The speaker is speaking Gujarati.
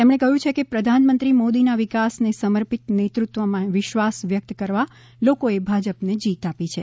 તેમણે કહ્યું છે કે પ્રધાનમંત્રી મોદીના વિકાસને સમર્પિત નેતૃત્વમાં વિશ્વાસ વ્યક્ત કરવા લોકો એ ભાજપને જીત આપી છે